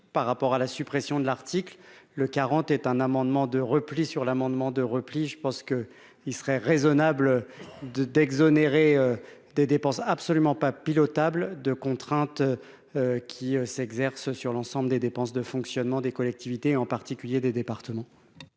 par rapport à la suppression de l'article, le quarante est un amendement de repli sur l'amendement de repli, je pense que il serait raisonnable de d'exonérer des dépenses absolument pas pilotable de contraintes qui s'exercent sur l'ensemble des dépenses de fonctionnement des collectivités en particulier des départements.